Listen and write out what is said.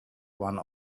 one